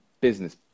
business